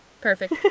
Perfect